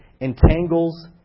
entangles